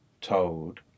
told